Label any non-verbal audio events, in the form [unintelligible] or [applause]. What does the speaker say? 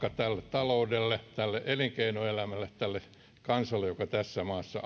rankka taakka tälle taloudelle tälle elinkeinoelämälle tälle kansalle joka tässä maassa [unintelligible]